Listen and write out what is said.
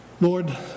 Lord